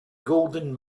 golden